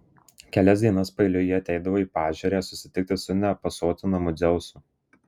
kelias dienas paeiliui ji ateidavo į paežerę susitikti su nepasotinamu dzeusu